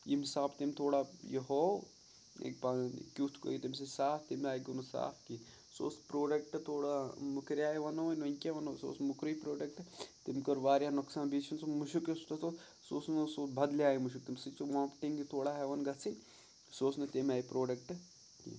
ییٚمہِ حِساب تٔمۍ تھوڑا یہِ ہوو پَنٕنۍ کیُتھ گِے تیٚمہِ سۭتۍ صاف تمہِ آیہِ گوٚو نہٕ صاف کینٛہہ سُہ اوس پرٛوڈَکٹ تھوڑا موٚکٔرۍ آیہِ وَنو وۄنۍ کیٛاہ وَنو سُہ اوس مُکرُے پرٛوڈَکٹ تٔمۍ کٔر واریاہ نۄقصان بیٚیہِ چھُنہٕ سُہ مُشُک یُس تَتھ اوس سُہ اوس نہٕ سُہ بَدلہِ آیہِ مُشُک تمہِ سۭتۍ چھِ وامٹِنٛگ یہِ تھوڑا ہٮ۪وَن گژھٕنۍ سُہ اوس نہٕ تمہِ آیہِ پرٛوڈَکٹ کینٛہہ